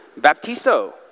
baptizo